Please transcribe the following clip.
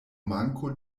manko